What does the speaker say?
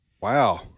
wow